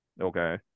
okay